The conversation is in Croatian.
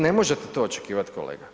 Ne možete to očekivati, kolega.